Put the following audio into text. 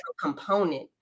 component